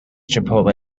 chipotle